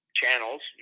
channels